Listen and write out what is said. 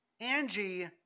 Angie